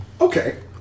Okay